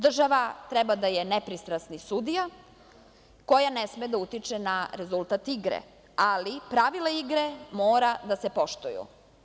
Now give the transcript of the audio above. Država treba da je nepristrasni sudija koja ne sme da utiče na rezultat igre, ali pravila igre mora da se poštuju.